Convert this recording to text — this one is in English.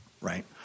Right